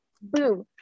Boom